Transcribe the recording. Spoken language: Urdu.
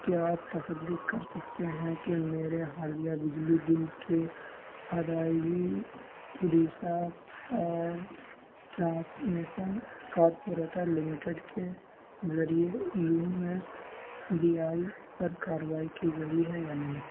کیا آپ تصدیق کر سکتے ہیں کہ میرے حالیہ بجلی بل کے ادائیگی اڑیسہ اور ٹرانسمیسن کارپوریٹر لمیٹڈ کے ذریعے یو ایس بی آئی پر کارروائی کی گئی ہے یا نہیں